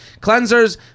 cleansers